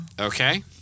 Okay